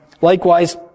likewise